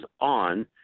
on